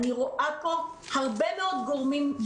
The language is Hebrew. אני רואה פה הרבה מאוד גורמים,